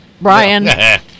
Brian